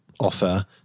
offer